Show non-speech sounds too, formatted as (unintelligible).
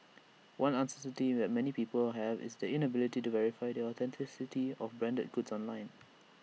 one uncertainty (unintelligible) many people have is the inability to verify the authenticity of branded goods online